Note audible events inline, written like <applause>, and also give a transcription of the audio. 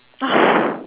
<breath>